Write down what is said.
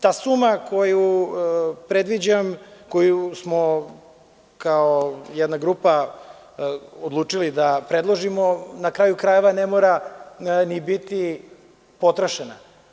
Ta suma koju predviđam, koju smo kao jedna grupa odlučili da predložimo, na kraju krajeva, ne mora ni biti potrošena.